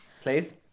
please